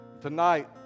Tonight